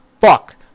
Fuck